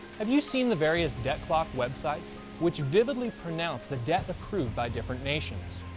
have you seen the various debt clock websites which vividly pronounce the debt accrued by different nations?